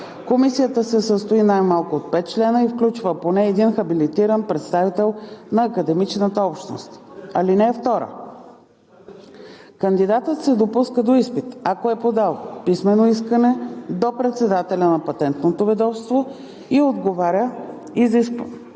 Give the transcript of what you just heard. Комисията се състои най-малко от 5 члена и включва поне един хабилитиран представител на академичната общност. (2) Кандидатът се допуска до изпит, ако е подал писмено искане до председателя на Патентното ведомство и отговаря на